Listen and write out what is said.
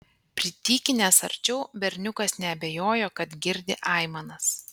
pritykinęs arčiau berniukas neabejojo kad girdi aimanas